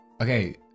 Okay